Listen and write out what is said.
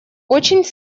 очень